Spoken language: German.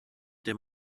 dem